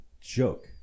joke